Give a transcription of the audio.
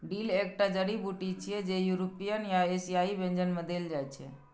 dill एकटा जड़ी बूटी छियै, जे यूरोपीय आ एशियाई व्यंजन मे देल जाइ छै